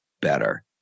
better